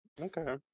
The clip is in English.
Okay